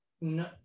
no